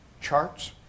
charts